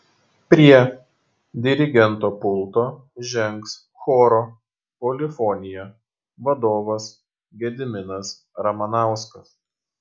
prie dirigento pulto žengs choro polifonija vadovas gediminas ramanauskas